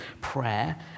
prayer